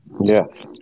Yes